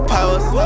Powers